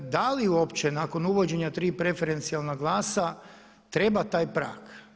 Da li uopće nakon uvođenja tri preferencijalna glasa treba taj prag?